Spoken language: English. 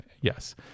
yes